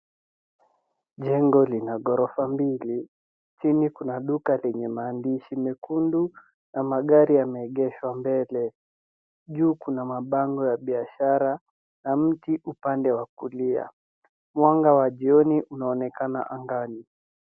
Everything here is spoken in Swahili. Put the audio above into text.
Jengo lina ghorofa mbili. Chini kuna duka lenye maandishi mekundu na magari yameegeshwa mbele. Juu kuna mabango ya biashara na mti upande wa kulia. Mwanga wa jioni unaonekana angani.